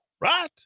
right